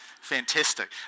Fantastic